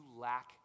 lack